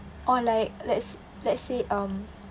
or like let's let's say um